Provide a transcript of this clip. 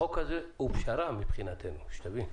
החוק הזה הוא פשרה מבחינתנו, שתבין,